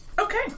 Okay